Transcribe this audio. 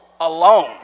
alone